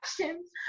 questions